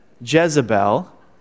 Jezebel